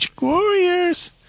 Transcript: Warriors